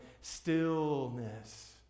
Stillness